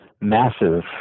massive